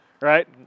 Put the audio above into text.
Right